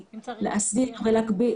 לכן, אמרתי קודם שיש גם תחשיב כלכלי.